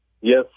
Yes